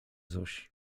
zosi